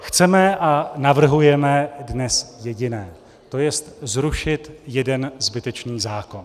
Chceme a navrhujeme dnes jediné zrušit jeden zbytečný zákon.